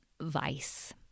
vice